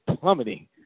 Plummeting